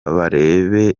barebe